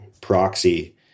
proxy